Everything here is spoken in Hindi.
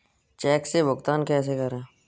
चेक से भुगतान कैसे करें?